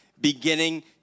beginning